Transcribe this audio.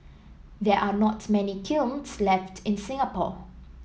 there are not many kilns left in Singapore